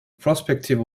prospective